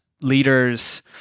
leaders